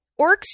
Orcs